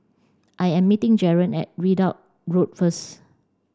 I am meeting Jaron at Ridout Road first